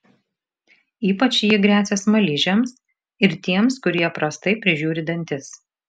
ypač ji gresia smaližiams ir tiems kurie prastai prižiūri dantis